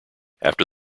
after